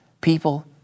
people